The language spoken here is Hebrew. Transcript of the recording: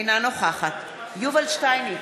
אינה נוכחת יובל שטייניץ,